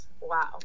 wow